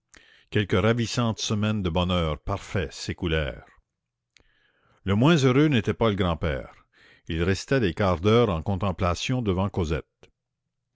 quelques ravissantes semaines de bonheur parfait s'écoulèrent le moins heureux n'était pas le grand-père il restait des quarts d'heure en contemplation devant cosette